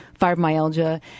fibromyalgia